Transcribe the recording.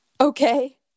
Okay